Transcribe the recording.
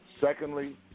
Secondly